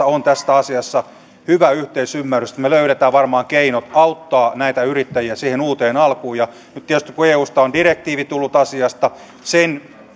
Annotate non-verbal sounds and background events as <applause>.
<unintelligible> on tässä asiassa hyvä yhteisymmärrys ja että me löydämme varmaan keinot auttaa näitä yrittäjiä siihen uuteen alkuun tietysti kun eusta on direktiivi tullut asiasta sen